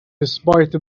despite